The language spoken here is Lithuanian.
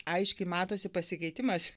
aiškiai matosi pasikeitimas